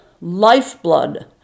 lifeblood